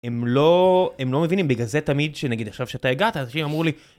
הם לא...הם לא מבינים בגלל זה תמיד שנגיד עכשיו שאתה הגעת, אנשים אמרו לי...